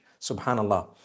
subhanallah